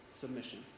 submission